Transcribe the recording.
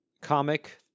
comic